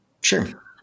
Sure